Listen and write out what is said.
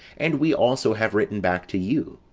and we also have written back to you,